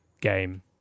game